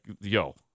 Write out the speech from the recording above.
yo